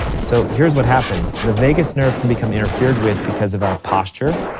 so here's what happens, the vagus nerve can become interfered with because of our posture,